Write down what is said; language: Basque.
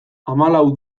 hamalau